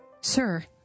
Sir